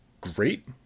great